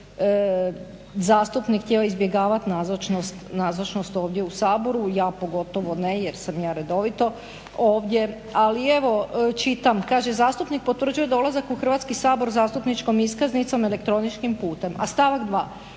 zastupnik htio izbjegavati nazočnost ovdje u Saboru ja pogotovo ne jer sam ja redovito ovdje, ali evo čitam kaže "zastupnik potvrđuje dolazak u Hrvatski sabor zastupničkom iskaznicom elektroničkim putem", a stavak 2.